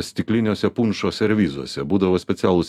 stikliniuose punšo servizuose būdavo specialūs